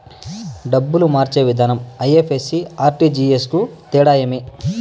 డబ్బులు మార్చే విధానం ఐ.ఎఫ్.ఎస్.సి, ఆర్.టి.జి.ఎస్ కు తేడా ఏమి?